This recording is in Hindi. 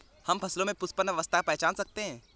हम फसलों में पुष्पन अवस्था की पहचान कैसे करते हैं?